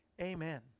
Amen